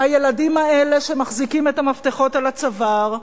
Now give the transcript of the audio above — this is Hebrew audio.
הילדים האלה, שמחזיקים את המפתחות על הצוואר,